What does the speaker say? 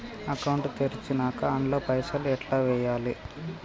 Account తెరిచినాక అండ్ల పైసల్ ఎట్ల వేయాలే?